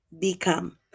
become